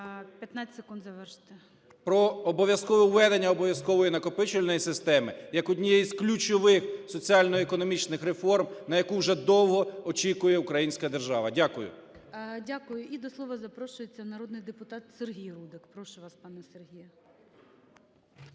…про обов'язкове введення обов'язкової накопичувальної системи як однієї із ключових соціально-економічних реформ, на яку вже довго очікує українська держава. Дякую. ГОЛОВУЮЧИЙ. Дякую. І до слова запрошується народний депутат Сергій Рудик. Прошу вас, пане Сергію.